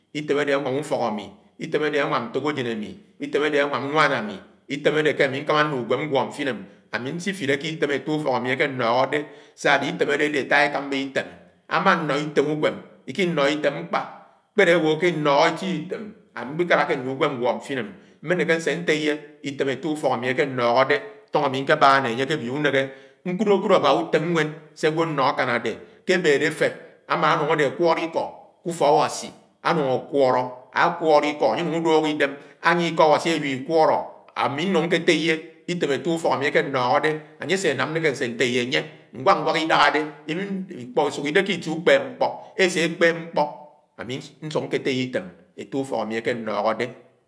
Item adé ánwám ùfok ami, ifém ade ánwám ntõk ajen ami, item adẽ ánwám nwán ami, item adé ke ami ñkáma nlu unwem̃ ñguọ mfiné. Ámí nsifiléké itém ette úfok ami ake amóhóde, item ade ade ata ekáruba item. Ama ñño itém uñwém ikinọ́họ́ ìtém mkpa kpẽdẽikinọhọ eti item añkpikáláké nu unwém nguo mfén. Mme ñehé ñsé ñteyè item ette ufọk ami ke obio úneghe, ñkúdekúd abá itém nwém se-agwo ano ãkañ ade. Kebede efeb ámán ãnuñg adẽ ákwoli-ikọ ùfok Awasi ánung iko Awasi ewílí íkwọlọ ami nung ñké teye item ette ufọk ami ake nóhodẽ. Anye aneke ídãhã ki ìteẽ úkpéb ñkpọ esé ékpéb nkpo ami ñsúk ñke teye item ette úfọk amì ake ñnọhọdẽ.